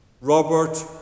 Robert